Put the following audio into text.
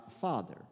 Father